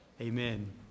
Amen